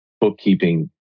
bookkeeping